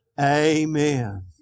Amen